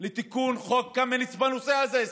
לתיקון חוק קמיניץ בנושא הזה ספציפית,